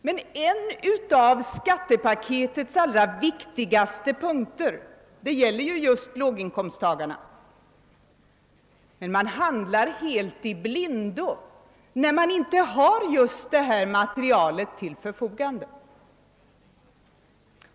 Men en av skattepaketets allra viktigaste punkter gäller just låginkomsttagarna, Man handlar helt i blindo när man inte har just detta material till förfogande.